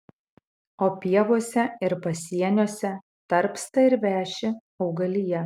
o pievose ir pasieniuose tarpsta ir veši augalija